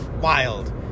wild